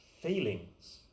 feelings